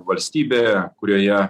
valstybė kurioje